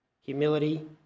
Humility